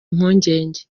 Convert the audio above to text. impungenge